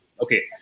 Okay